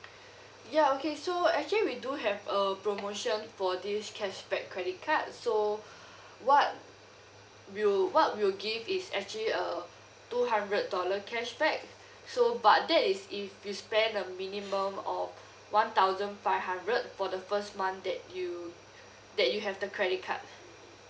ya okay so actually we do have a promotion for this cashback credit card so what we'll what we'll give is actually a two hundred dollar cashback so but that is if you spend a minimum of one thousand five hundred for the first month that you that you have the credit card